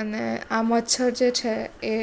અને આ મચ્છર જે છે એ